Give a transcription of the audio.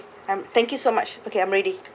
I'm thank you so much okay I'm ready